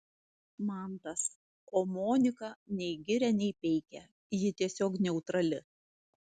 mantas o monika nei giria nei peikia ji tiesiog neutrali